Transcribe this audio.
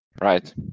right